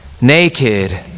naked